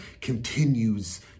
continues